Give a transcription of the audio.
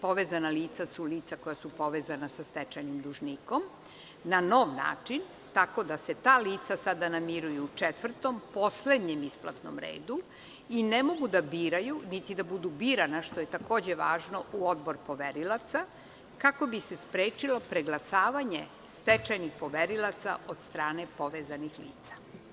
Povezana lica su lica koja su povezana sa stečajnim dužnikom na nov način, tako da se ta lica sada namiruju četvrtom, poslednjem isplatnom redu i ne mogu da biraju, niti da budu birana, što je takođe važno, u Odbor poverilaca, kako bi se sprečilo preglasavanje stečajnih poverilaca od strane povezanih lica.